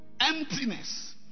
Emptiness